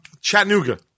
Chattanooga